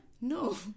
No